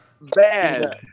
Bad